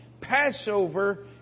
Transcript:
Passover